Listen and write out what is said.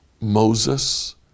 Moses